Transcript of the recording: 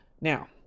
now